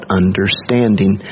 understanding